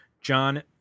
John